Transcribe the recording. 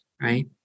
right